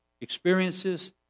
experiences